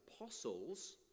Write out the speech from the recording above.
apostles